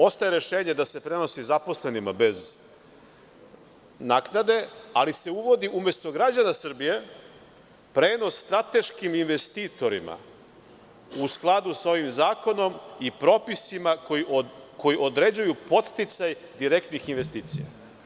Ostaje rešenje da se prenosi zaposlenima bez naknade, ali se uvodi umesto građana Srbije prenos strateškim investitorima u skladu sa ovim zakonom i propisima koji određuju podsticaj direktnih investicija.